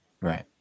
Right